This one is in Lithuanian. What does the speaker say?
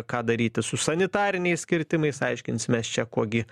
ką daryti su sanitariniais kirtimais aiškinsimės čia kuo gi